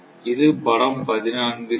இது படம் 14 c